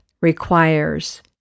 requires